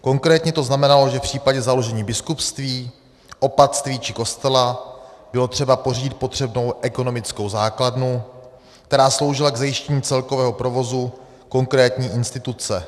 Konkrétně to znamenalo, že v případě založení biskupství, opatství či kostela bylo třeba pořídit potřebnou ekonomickou základnu, která sloužila k zajištění celkového provozu konkrétní instituce.